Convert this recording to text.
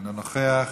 אינו נוכח,